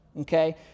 okay